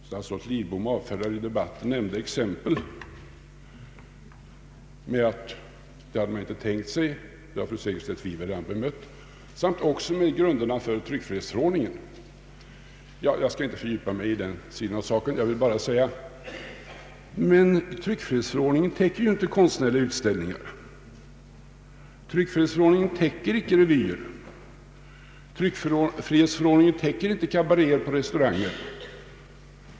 Statsrådet Lidbom avfärdar i debatten nämnda exempel med att man inte tänkt sig sådana saker — det har fru Segerstedt Wiberg redan bemött — samt också med grunderna för tryckfrihetsförordningen. Jag skall inte fördjupa mig i den sidan av saken. Jag vill bara nämna att tryckfrihetsförordningen inte täcker konstutställningar, revyer eller kabaréer på restauranger.